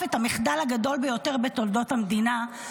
את המחדל הגדול ביותר בתולדות המדינה,